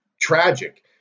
tragic